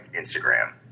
Instagram